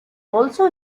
also